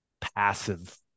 passive